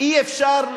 אי-אפשר,